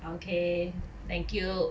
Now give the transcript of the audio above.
okay thank you